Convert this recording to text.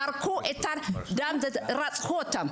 זרקו את הדם, רצחו אותם.